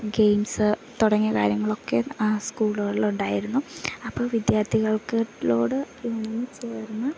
games തുടങ്ങിയ കാര്യങ്ങളൊക്കെ സ്കൂളുകളിളുണ്ടായിരുന്നു അപ്പം വിദ്യാർത്ഥികൾക്ക് ലോട് ഇണങ്ങിച്ചേർന്ന്